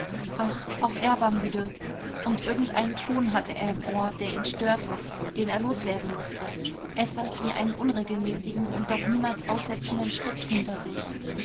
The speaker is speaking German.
ach auch er war müde und irgendeinen ton hatte er im ohr der ihn störte den er los werden mußte etwas wie einen unregelmäßigen und doch niemals aussetzenden schritt hinter sich